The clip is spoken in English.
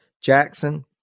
Jackson